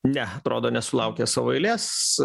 ne atrodo nesulaukė savo eilės